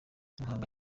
muhanga